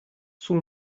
sul